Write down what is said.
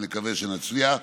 ונקווה שנצליח.